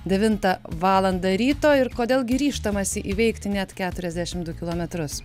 devintą valandą ryto ir kodėl gi ryžtamasi įveikti net keturiasdešim du kilometrus